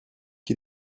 qui